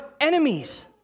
enemies